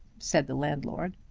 said the landlord.